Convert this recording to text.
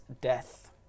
death